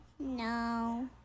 no